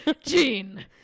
Gene